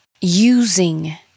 Using